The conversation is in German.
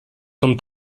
von